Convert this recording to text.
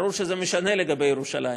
ברור שזה משנה לגבי ירושלים,